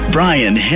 Brian